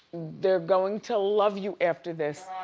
they're going to love you after this.